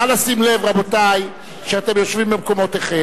נא לשים לב, רבותי, שאתם יושבים במקומותיכם.